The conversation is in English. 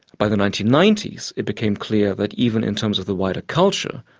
by the nineteen ninety s it became clear that even in terms of the wider culture,